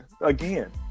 again